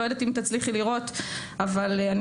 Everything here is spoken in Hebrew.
לא יודעת אם תצליחי לראות,